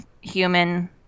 human